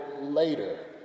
later